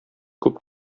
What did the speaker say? күп